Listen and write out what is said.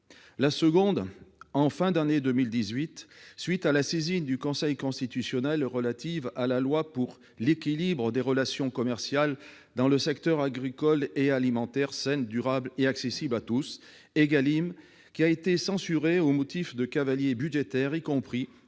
La seconde, en fin d'année 2018, à la suite de la saisine du Conseil constitutionnel relative à la loi pour l'équilibre des relations commerciales dans le secteur agricole et alimentaire et une alimentation saine, durable et accessible à tous, dite ÉGALIM, qui a été censurée au motif de cavaliers budgétaires, y compris